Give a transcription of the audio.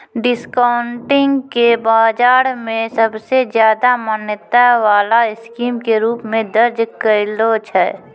discounting के बाजार मे सबसे ज्यादा मान्यता वाला स्कीम के रूप मे दर्ज कैलो छै